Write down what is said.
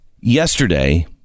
Yesterday